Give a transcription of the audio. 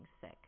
sick